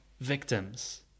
victims